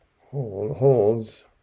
holds